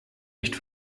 nicht